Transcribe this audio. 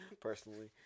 personally